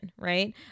right